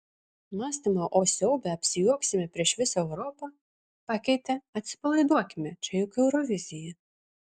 mąstymą o siaube apsijuoksime prieš visą europą pakeitė atsipalaiduokime čia juk eurovizija